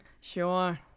Sure